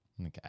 Okay